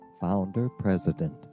founder-president